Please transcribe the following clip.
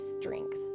strength